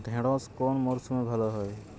ঢেঁড়শ কোন মরশুমে ভালো হয়?